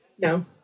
No